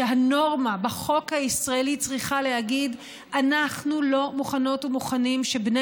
שהנורמה בחוק הישראלי צריכה להגיד: אנחנו לא מוכנות ומוכנים שבני